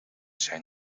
zijn